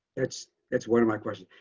that's, that's one of my question,